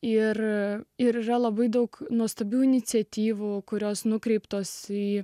ir ir yra labai daug nuostabių iniciatyvų kurios nukreiptos į